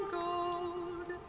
gold